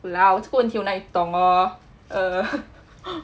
!walao! 这种问题我哪里懂咯